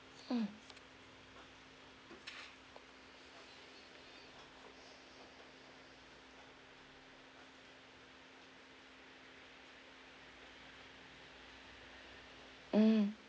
mm mm